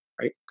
right